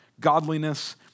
Godliness